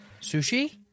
sushi